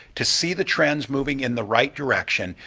to see the trends moving in the right direction,